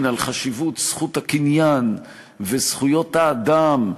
על חשיבות זכות הקניין וזכויות האדם,